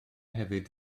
hefyd